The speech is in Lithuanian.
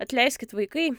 atleiskit vaikai